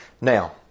Now